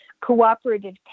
cooperative